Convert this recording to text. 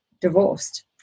divorced